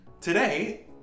Today